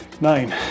Nine